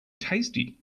tasty